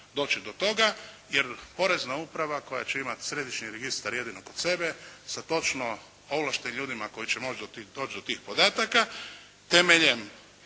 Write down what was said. doći do toga, jer porezna uprava koja će imati središnji registar jedino kod sebe, sa točno ovlaštenim ljudima koji će moći doći do tih podataka temeljem